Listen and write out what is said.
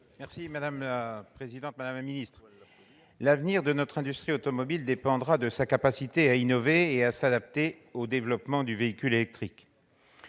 Madame la présidente, madame la secrétaire d'État, l'avenir de notre industrie automobile dépendra de sa capacité à innover et à s'adapter au développement du véhicule électrique,